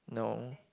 no